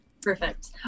Perfect